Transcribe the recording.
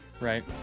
right